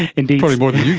and probably more than